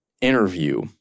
interview